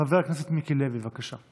חבר הכנסת מיקי לוי, בבקשה.